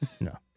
no